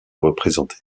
représentée